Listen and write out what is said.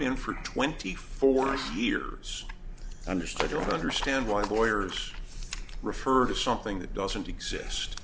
been for twenty four years understood you'll understand why the lawyers refer to something that doesn't exist